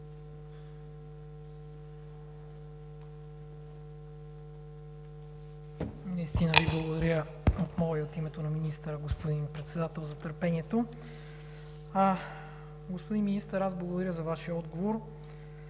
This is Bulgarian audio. Наистина Ви благодаря от мое име и от името на министъра, господин Председател, за търпението. Господин Министър, благодаря за Вашия отговор.